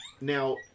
Now